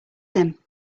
him